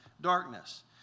darkness